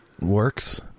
works